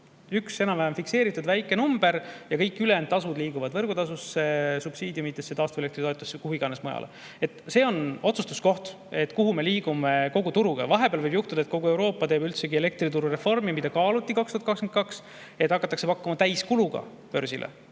üks enam-vähem fikseeritud väike number ja kõik ülejäänud tasud liiguvad võrgutasusse, subsiidiumidesse, taastuvelektritoetustesse, kuhu iganes mujale. See on otsustuskoht, et kuhu me liigume kogu turuga. Vahepeal võib juhtuda, et kogu Euroopa teeb üldsegi elektrituru reformi, mida kaaluti 2022, et hakatakse pakkuma täiskuluga börsile,